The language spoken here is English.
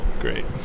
Great